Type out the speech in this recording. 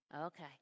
Okay